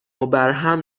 وبرهم